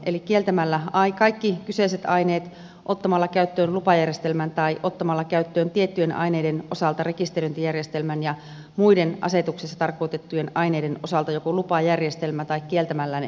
eli kieltämällä kaikki kyseiset aineet ottamalla käyttöön lupajärjestelmän tai ottamalla käyttöön tiettyjen aineiden osalta rekisteröintijärjestelmän ja muiden asetuksessa tarkoitettujen aineiden osalta joko lupajärjestelmän tai kieltämällä ne kokonaan